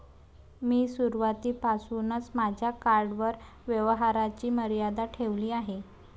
मी सुरुवातीपासूनच माझ्या कार्डवर व्यवहाराची मर्यादा ठेवली आहे